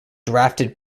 drafted